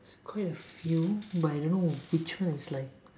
quite a few but I don't know which one is like